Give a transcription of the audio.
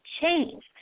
change